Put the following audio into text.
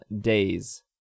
days